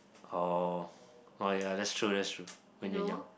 oh oh ya that's true that's true when you're young